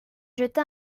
jeta